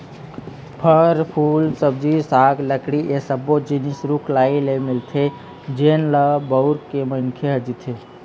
फर, फूल, सब्जी साग, लकड़ी ए सब्बो जिनिस रूख राई ले मिलथे जेन ल बउर के मनखे ह जीथे